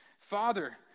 father